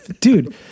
dude